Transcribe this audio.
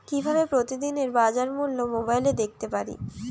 কিভাবে প্রতিদিনের বাজার মূল্য মোবাইলে দেখতে পারি?